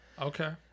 Okay